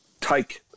take